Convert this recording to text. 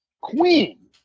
Queen